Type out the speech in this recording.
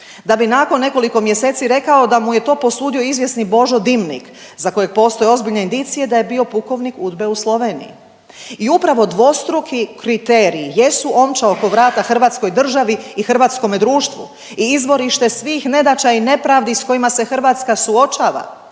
da bi nakon nekoliko mjeseci rekao da mu je to posudio izvjesni Božo Dimnik za kojeg postoje ozbiljne indicije da je bio pukovnik UDBA-e u Sloveniji. I upravo dvostruki kriteriji jesu omča oko vrata hrvatskoj državi i hrvatskome društvu i izvorište svih nedaća i nepravdi s kojima se Hrvatska suočava,